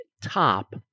top